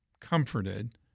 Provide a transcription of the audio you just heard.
comforted